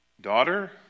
Daughter